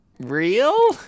Real